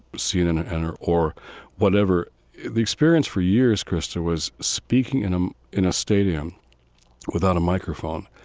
cnn ah and or or whatever the experience for years, krista, was speaking in ah in a stadium without a microphone.